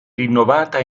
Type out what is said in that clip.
rinnovata